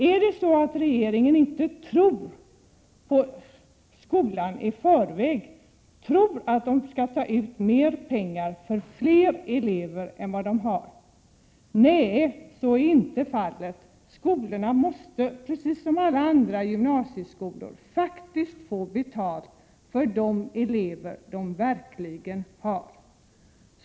Tror inte regeringen att skolornas uppgifter är riktiga? Tror regeringen att skolorna försöker få ut pengar för fler elever än de har? Nej, så är inte fallet. Dessa skolor måste, precis som alla andra gymnasieskolor, få betalt för de elever de verkligen har.